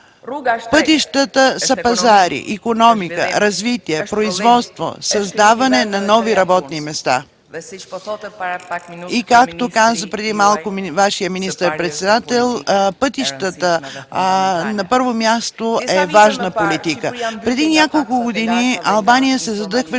Пътищата са пазари, икономика, развитие, производство, създаване на нови работни места. И както каза преди малко Вашият министър-председател, пътищата на първо място са важна политика. Преди години Албания се задъхваше